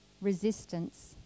resistance